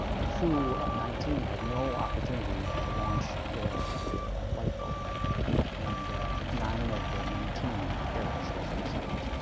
the crew of nineteen had no opportunity to launch their lifeboat and nine of the nineteen perished as a result.